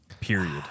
Period